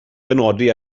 benodi